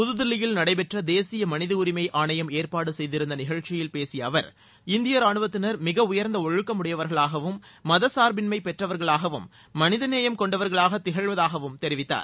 புதுதில்லியில் நடைபெற்ற தேசிய மனித உரிமை ஆணையம் ஏற்பாடு செய்திருந்த நிகழ்ச்சியில் பேசிய அவர் இந்திய ராணுவத்தினர் மிக உயர்ந்த ஒழுக்கமுடையவர்களாகவும் மதச்சார்பின்மை பெற்றவர்களாகவும் மனித நேயம் கொண்டவர்களாக திகழ்வதாகவும் தெரிவித்தார்